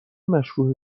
مشروح